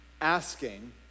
asking